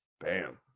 Bam